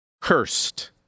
cursed